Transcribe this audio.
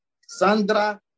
Sandra